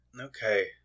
Okay